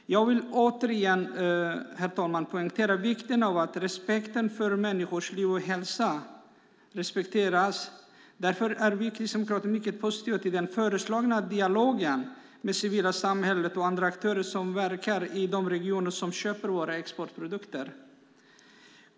Jag vill återigen poängtera vikten av respekt för människors liv och hälsa. Därför är vi kristdemokrater mycket positiva till den föreslagna dialogen med det civila samhället och med andra aktörer som verkar i de regioner som köper våra exportprodukter.